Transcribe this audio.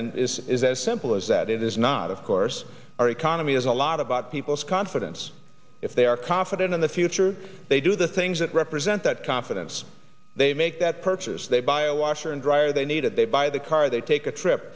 and is is as simple as that it is not of course our economy is a lot about people's confidence if they are confident in the future they do the things that represent that confidence they make that purchase they buy a washer and dryer they need it they buy the car they take a trip